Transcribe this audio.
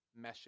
meshing